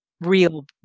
real